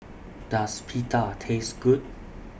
Does Pita Taste Good